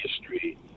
history